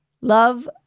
Love